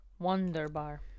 Wonderbar